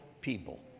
people